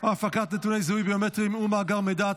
הפקת נתוני זיהוי ביומטריים ומאגר מידע,